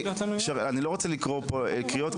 אני לא רוצה לקרוא פה קריאות,